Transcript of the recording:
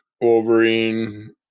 Wolverine